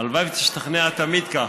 הלוואי שתשתכנע תמיד כך.